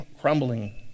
crumbling